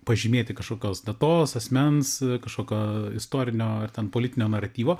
pažymėti kažkokios datos asmens kažkokio istorinio ar ten politinio naratyvo